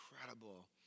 incredible